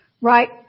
right